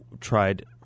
tried